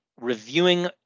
reviewing